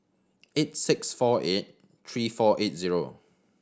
eight six four eight three four eight zero